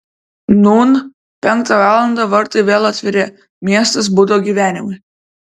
nūn penktą valandą vartai vėl atviri miestas budo gyvenimui